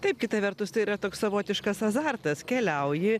taip kita vertus tai yra toks savotiškas azartas keliauji